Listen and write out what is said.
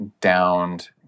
downed